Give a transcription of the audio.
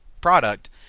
product